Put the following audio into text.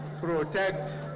protect